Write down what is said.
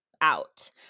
out